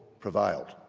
prevailed.